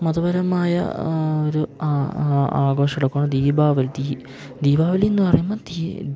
മതപരമായ ഒരു ആ ആ ആഘോഷമെടുക്കുകയാണ് ദീപാവൽ ദീ ദീപാവലിയെന്നു പറയുമ്പം ദീ